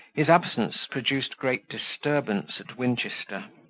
his absence produced great disturbance at winchester.